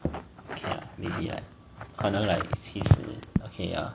okay maybe like 可能 like 七十 okay yeah